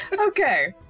okay